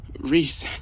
Reese